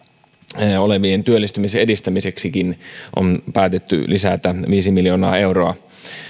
olevien työllistymisen edistämiseksi on päätetty lisätä viisi miljoonaa euroa